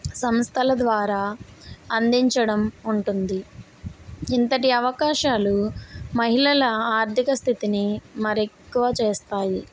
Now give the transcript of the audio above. సంస్థల ద్వారా అందించడం ఉంటుంది ఇంతటి అవకాశాలు మహిళల ఆర్థిక స్థితిని మరెక్కువ చేస్తాయి